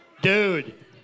Dude